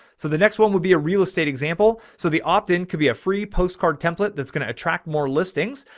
so the next one would be a real estate example. so the opt in could be a free postcard template. that's going to attract more listings.